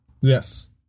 Yes